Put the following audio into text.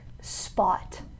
Spot